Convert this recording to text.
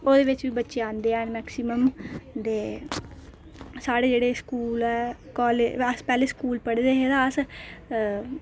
ओह्दे बिच्च बी बच्चे आंदे हैन मैक्सीमम ते साढ़े जेहड़े स्कूल ऐ कालेज अस पैह्लें स्कूल पढ़दे हे ते अस